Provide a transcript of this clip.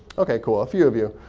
ok, cool, a few of you.